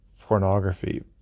pornography